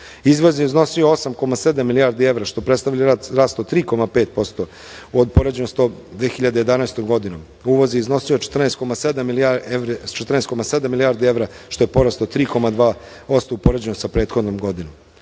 je iznosio 8,7 milijardi evra, što predstavlja rast od 3,5% u poređenju sa 2011. godinom. Uvoz je iznosio 14,7 milijardi evra, što je porast od 3,2% u poređenju sa prethodnom godinom. Bruto